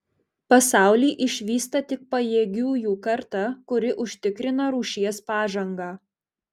pasaulį išvysta tik pajėgiųjų karta kuri užtikrina rūšies pažangą